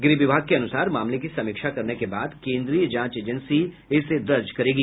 गृह विभाग के अनुसार मामले की समीक्षा करने के बाद केन्द्रीय जांच एजेंसी इसे दर्ज करेगी